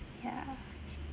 ya